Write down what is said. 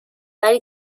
ولی